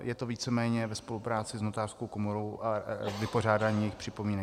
Je to víceméně ve spolupráci s notářskou komorou, vypořádání připomínek.